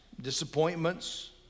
disappointments